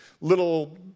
little